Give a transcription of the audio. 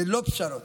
ללא פשרות.